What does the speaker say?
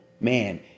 man